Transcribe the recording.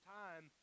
time